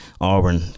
Auburn